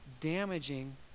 damaging